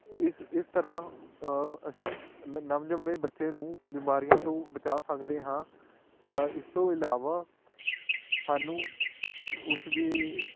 ਇਸ ਇਸ ਤਰ੍ਹਾਂ ਅਸੀਂ ਨ ਨਵ ਜੰਮੇ ਬੱਚੇ ਨੂੰ ਬਿਮਾਰੀਆਂ ਤੋਂ ਬਚਾਅ ਸਕਦੇ ਹਾਂ ਇਸ ਤੋਂ ਇਲਾਵਾ ਸਾਨੂੰ ਉਸ ਦੀ